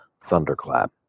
Thunderclap